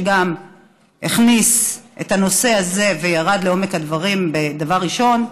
שגם הכניס את הנושא הזה וירד לעומק הדברים בדבר ראשון,